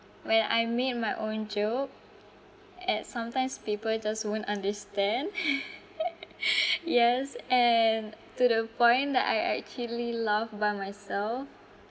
when I made my own joke at sometimes people just won't understand yes and to the point that I actually laugh by myself